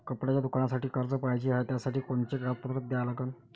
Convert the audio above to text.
कपड्याच्या दुकानासाठी कर्ज पाहिजे हाय, त्यासाठी कोनचे कागदपत्र द्या लागन?